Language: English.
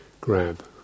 grab